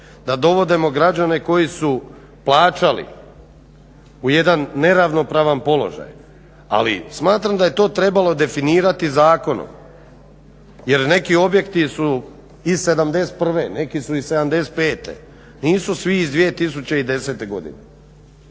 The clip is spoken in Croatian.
da dovodimo građane koji su plaćali u jedan neravnopravan položaj, ali smatram da je to definirati zakonom jer neki objekti su iz '71., neki su iz '75. Nisu svi ih 2010. godine.